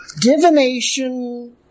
divination